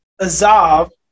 Azov